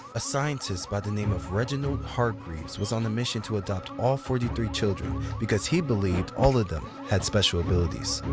a scientist by the name of reginald hargreeves was on a mission to adopt all forty three children because he believed all of them had special abilities.